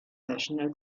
national